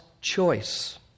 choice